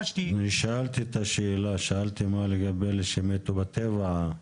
שאלתי את השאלה, שאלתי מה לגבי אלה שמתו בטבע.